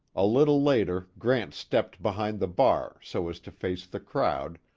a little later grant stepped behind the bar, so as to face the crowd,